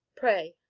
pray,